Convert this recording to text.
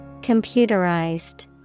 Computerized